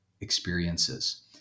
experiences